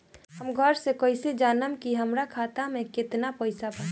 हम घरे से कैसे जानम की हमरा खाता मे केतना पैसा बा?